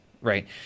right